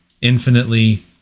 infinitely